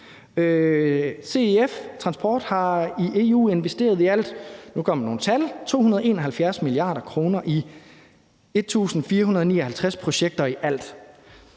CEF Transport har i EU investeret i alt 271 mia. kr. i 1.459 projekter i alt.